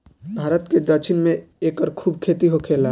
भारत के दक्षिण में एकर खूब खेती होखेला